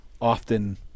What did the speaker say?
often